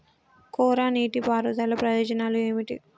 కోరా నీటి పారుదల ప్రయోజనాలు ఏమిటి?